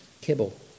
kibble